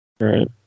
Right